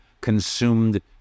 consumed